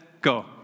go